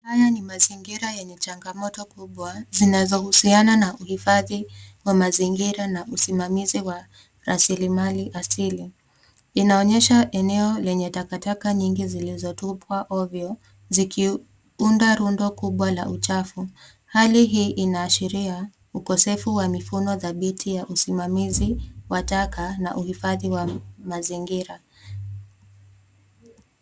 Haya ni mazingira yenye changamoto kubwa, zinazohusiana na uhifadi wa mazingira na usimamizi wa rasilimali asili. Inaonyesha eneo lenye takataka nyingi zilizotupwa ovyo zikiunda rundo kubwa la uchafu. Hali hii inaashiria ukosefu wa mifuno dhabiti ya usimamizi wa taka na uhifadi wa mazingira.